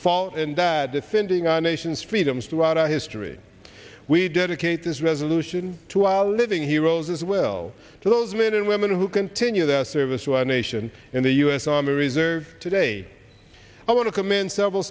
fought and died defending our nation's freedoms throughout our history we dedicate this resolution to our living heroes as well to those men and women who continue their service to our nation in the u s army reserve today i want to commend several